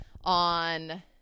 on